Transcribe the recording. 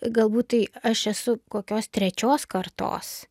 galbūt tai aš esu kokios trečios kartos